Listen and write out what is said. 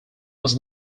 was